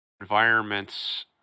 environments